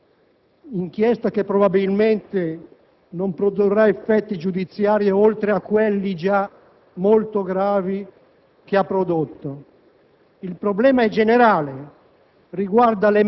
È come la vicenda delle indagini nei confronti dell'Udeur: ha sbattuto in faccia a tutti una verità che tutti conoscono, ma che si vuole cancellare.